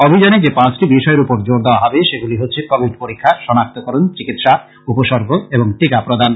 অভিযানে যে পাঁচটি বিষয়ের উপর জোড় দেওয়া হবে সেগুলি হচ্ছে কোবিড পরীক্ষা সনাক্তকরন চিকিৎসা উপসর্গ এবং টীকা প্রদান